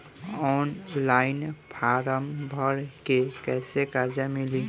Online form भर के कैसे कर्जा मिली?